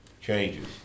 changes